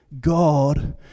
God